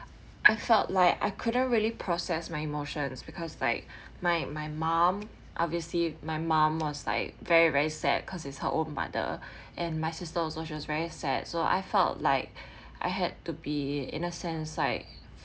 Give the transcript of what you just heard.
I felt like I couldn't really process my emotions because like my my mum obviously my mum was like very very sad cause it's her own mother and my sister also shows very sad so I felt like I had to be in a sense like